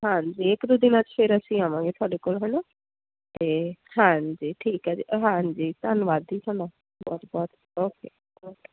ਹਾਂਜੀ ਇੱਕ ਦੋ ਦਿਨਾਂ 'ਚ ਫੇਰ ਅਸੀਂ ਆਵਾਂਗੇ ਤੁਹਾਡੇ ਕੋਲ ਹੈ ਨਾ ਅਤੇ ਹਾਂਜੀ ਠੀਕ ਹੈ ਜੀ ਹਾਂਜੀ ਧੰਨਵਾਦ ਜੀ ਤੁਹਾਡਾ ਬਹੁਤ ਬਹੁਤ ਓਕੇ ਓਕੇ